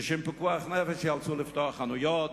ומשום פיקוח נפש ייאלצו לפתוח חנויות,